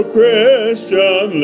Christian